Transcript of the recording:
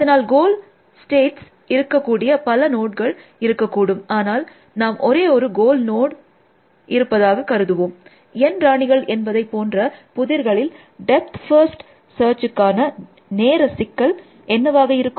அதனால் கோல் ஸ்டேட்களில் இருக்கக்கூடிய பல நோட்கள் இருக்கக்கூடும் ஆனால் நாம் ஒரே ஒரு கோல் நோட் இருப்பதாக கருதுவோம் N ராணிகள் என்பதை போன்ற புதிர்களில் டெப்த் ஃபர்ஸ்ட் சர்ச்சுக்கான நேர சிக்கல் என்னவாக இருக்கும்